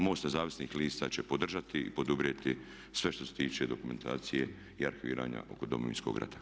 MOST nezavisnih lista će podržati i poduprijeti sve što se tiče dokumentacije i arhiviranja oko Domovinskog rata.